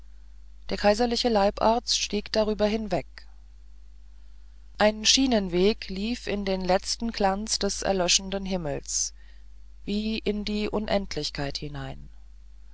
der kaiserliche leibarzt stieg darüber hinweg ein schienenweg lief in den letzten glanz des erlöschenden himmels wie in die unendlichkeit hinein